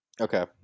Okay